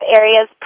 areas